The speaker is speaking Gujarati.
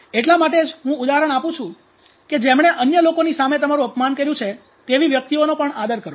એટલા માટે જ હું ઉદાહરણ આપું છું કે જેમણે અન્ય લોકોની સામે તમારું અપમાન કર્યું છે તેવી વ્યક્તિનો પણ આદર કરો